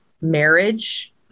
marriage